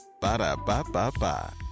Ba-da-ba-ba-ba